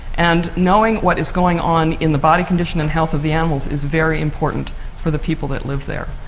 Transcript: and knowing what is going on in the body condition and health of the animals is very important for the people that live there.